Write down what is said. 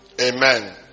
Amen